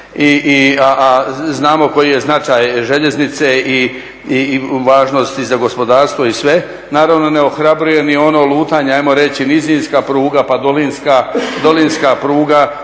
a znamo koji je značaj željeznice i važnosti za gospodarstvo i sve. Naravno ne ohrabruje ni ono lutanje hajmo reći nizinska pruga, pa dolinska pruga